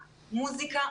מוזיקה,